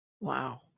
Wow